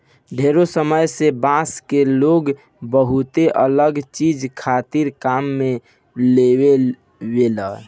ढेरे समय से बांस के लोग बहुते अलग चीज खातिर काम में लेआवेला